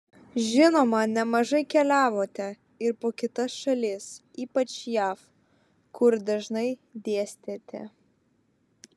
žinoma nemažai keliavote ir po kitas šalis ypač jav kur dažnai dėstėte